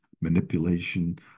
manipulation